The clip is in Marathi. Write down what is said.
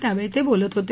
त्यावेळी ते बोलत होते